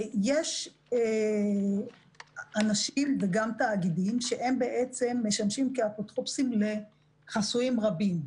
יש אנשים וגם תאגידים שמשמשים כאפוטרופוסים לחסויים רבים,